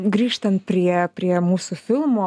grįžtant prie prie mūsų filmo